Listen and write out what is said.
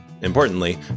importantly